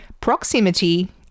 proximity